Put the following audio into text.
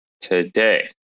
today